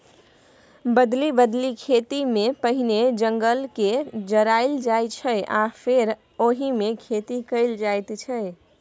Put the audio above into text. बदलि बदलि खेतीमे पहिने जंगलकेँ जराएल जाइ छै आ फेर ओहिमे खेती कएल जाइत छै